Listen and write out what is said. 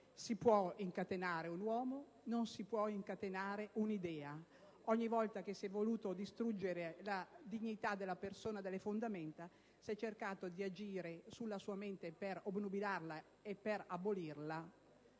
Si può incatenare un uomo ma non si può incatenare un'idea. Ogni volta che si è voluto distruggere la dignità della persona dalle fondamenta si è cercato di agire sulla sua mente per obnubilarla e per abolirla: